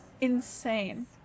insane